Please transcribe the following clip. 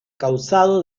causada